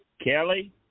Kelly